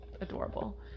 adorable